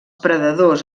predadors